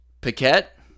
Paquette